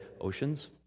oceans